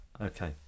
Okay